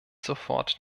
sofort